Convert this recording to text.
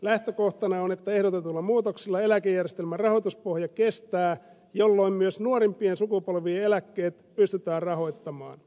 lähtökohtana on että ehdotetuilla muutoksilla eläkejärjestelmän rahoituspohja kestää jolloin myös nuorimpien sukupolvien eläkkeet pystytään rahoittamaan